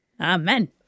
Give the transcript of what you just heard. amen